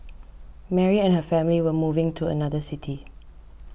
Mary and her family were moving to another city